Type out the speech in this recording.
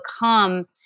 become